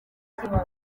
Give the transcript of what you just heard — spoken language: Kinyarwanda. nkuroga